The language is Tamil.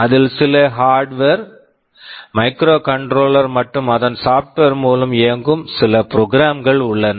அதில் சில ஹார்ட்வர் hardware மைக்ரோகண்ட்ரோலர் microcontroller மற்றும் அதன் சாப்ட்வேர் software மூலம் இயங்கும் சில ப்ரோக்ராம் program கள் உள்ளன